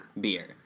beer